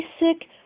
basic